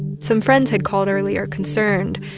some friends had called earlier, concerned,